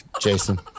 Jason